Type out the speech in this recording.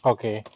Okay